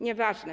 Nieważne.